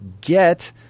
get